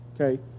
Okay